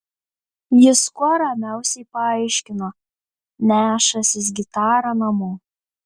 jis kuo ramiausiai paaiškino nešąsis gitarą namo